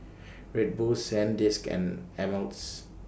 Red Bull Sandisk and Ameltz